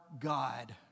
God